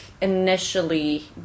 initially